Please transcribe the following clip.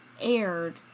aired